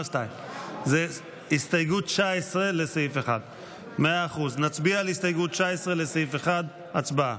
2. נצביע על הסתייגות 19 לסעיף 1. הצבעה.